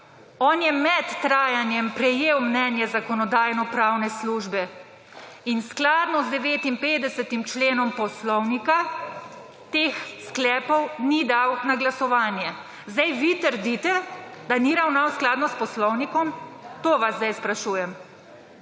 on je med trajanjem prejel mnenje Zakonodajno-pravne službe in skladno z 59. členom poslovnika teh sklepov ni dal na glasovanje. Zdaj vi trdite, da ni ravnal skladno s poslovnikom? To vas zdaj sprašujem,